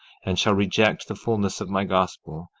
and shall reject the fulness of my gospel,